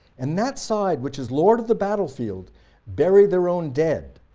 and that side which is lord of the battlefield bury their own dead,